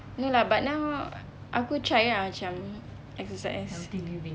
no lah but now aku try ah macam exercise